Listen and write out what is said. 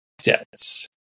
debts